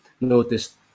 Noticed